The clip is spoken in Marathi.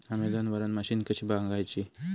अमेझोन वरन मशीन कशी मागवची?